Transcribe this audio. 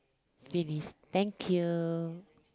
finish thank you